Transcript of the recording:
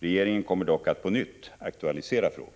Regeringen kommer dock att på nytt aktualisera frågan.